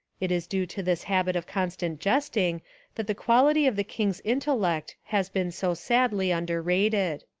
it is due to this habit of constant jesting that the quality of the king's intellect has been so sadly underrated.